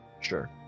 Sure